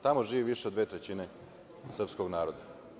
Tamo živi više od dve trećine srpskog naroda.